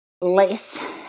less